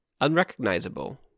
Unrecognizable